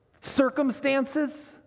circumstances